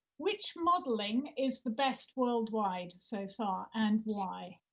which modeling is the best worldwide so far, and why?